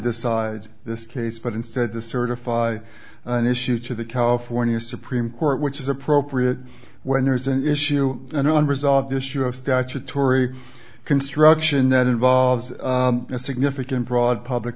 decide this case but instead to certify an issue to the california supreme court which is appropriate when there is an issue and unresolved issue of statutory construction that involves a significant broad public